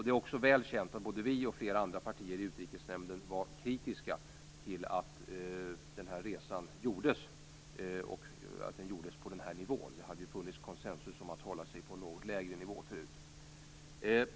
Det är också väl känt att både vårt parti och flera andra partier i Utrikesnämnden var kritiska till att den här resan gjordes och att den genomfördes på den här nivån. Det hade tidigare funnits konsensus om att utbytet skulle hållas på en något lägre nivå.